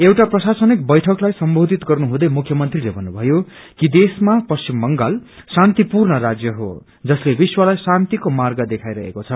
एउटा प्रशासनिक वैठकलाई सम्बोधित गर्नु हुँदै मुख्यमन्त्री ले भन्नुषयो कि देशमा पश्चिम बंगाल शान्तिपूर्ण राज्य हो जसले विश्वलाई शान्तिको र्माग देखाइरहेको छ